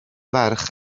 ferch